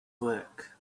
work